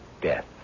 death